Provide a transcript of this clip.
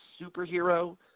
superhero –